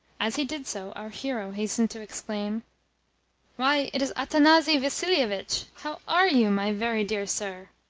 as he did so our hero hastened to exclaim why, it is athanasi vassilievitch! how are you, my very dear sir?